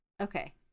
Okay